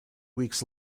weeks